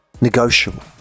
negotiable